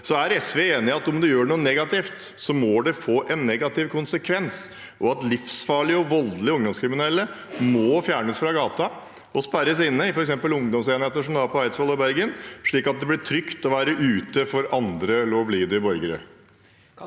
Er SV enig i at om man gjør noe negativt, må det få en negativ konsekvens, og at livsfarlige og voldelige ungdomskriminelle må fjernes fra gata og sperres inne i f.eks. ungdomsenheter som man har på Eidsvoll og i Bergen, slik at det blir trygt å være ute for andre, lovlydige borgere?